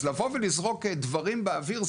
אז לבוא ולזרוק דברים באוויר,